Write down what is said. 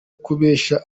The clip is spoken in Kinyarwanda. kubeshya